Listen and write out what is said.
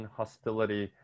hostility